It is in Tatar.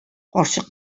карчык